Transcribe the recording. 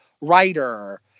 writer